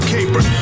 caper